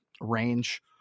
range